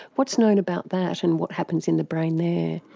what's known about that and what happens in the brain there?